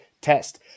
test